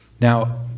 Now